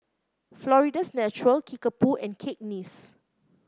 Florida's Natural Kickapoo and Cakenis